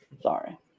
Sorry